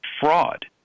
fraud